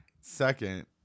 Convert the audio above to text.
second